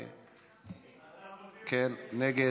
נגד.